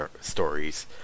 stories